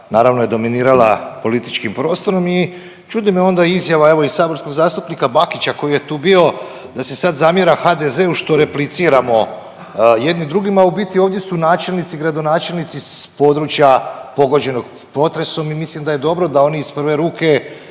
naravno je dominirala političkim prostorom i čudi me onda izjava evo i saborskog zastupnika Bakića koji je tu bio, da se sad zamjera HDZ-u što repliciramo jedni drugima, u biti ovdje su načelnici, gradonačelnici s područja pogođenog potresom i mislim da je dobro da oni iz prve ruke